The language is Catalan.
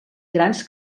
grans